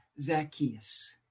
Zacchaeus